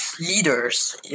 leaders